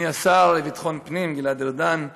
אדוני השר לביטחון הפנים גלעד ארדן,